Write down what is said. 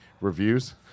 reviews